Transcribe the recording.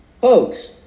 Folks